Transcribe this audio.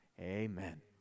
Amen